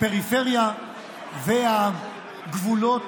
הפריפריה והגבולות,